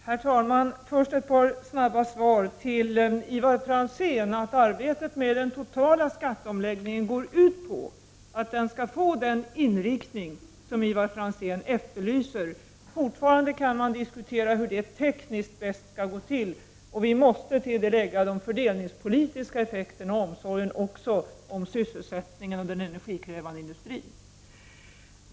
Herr talman! Först ett par korta svar till Ivar Franzén. Arbetet med den totala skatteomläggningen går ut på att den skall få den inriktning som Ivar Franzén efterlyser. Fortfarande kan man diskutera hur det tekniskt bäst skall gå till. Vi måste till detta lägga de fördelningspolitiska effekterna, liksom omsorgen om sysselsättningen och den energikrävande industrin.